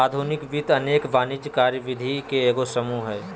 आधुनिक वित्त अनेक वाणिज्यिक कार्यविधि के एगो समूह हइ